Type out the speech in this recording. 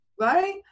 Right